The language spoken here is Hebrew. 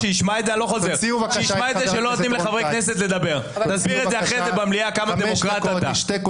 חבר הכנסת רון כץ, אתה בקריאה שלישית.